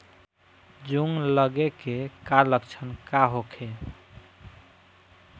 जूं लगे के का लक्षण का होखे?